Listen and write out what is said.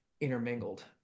intermingled